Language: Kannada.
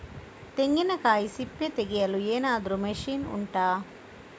ತೆಂಗಿನಕಾಯಿ ಸಿಪ್ಪೆ ತೆಗೆಯಲು ಏನಾದ್ರೂ ಮಷೀನ್ ಉಂಟಾ